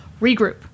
regroup